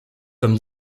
comme